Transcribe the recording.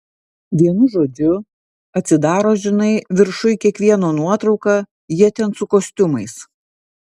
vienu žodžiu atsidaro žinai viršuj kiekvieno nuotrauka jie ten su kostiumais